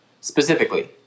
specifically